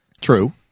True